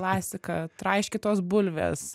klasika traiškytos bulvės